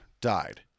died